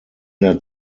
der